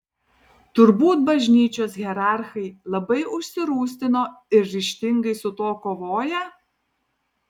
turbūt bažnyčios hierarchai labai užsirūstino ir ryžtingai su tuo kovoja